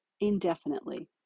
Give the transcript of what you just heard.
indefinitely